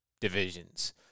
divisions